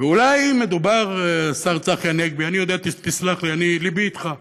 ואולי מדובר, השר צחי הנגבי, תסלח לי, לבי אתך,